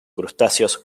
crustáceos